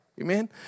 Amen